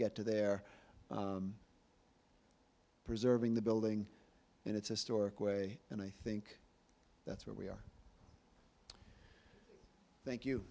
get to their preserving the building in its historic way and i think that's where we are thank you